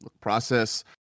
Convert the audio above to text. process